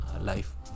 life